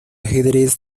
ajedrez